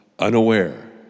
Unaware